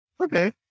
Okay